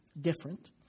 different